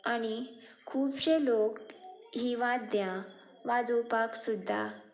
आनी खुबशे लोक ही वाद्यां वाजोवपाक सुद्दां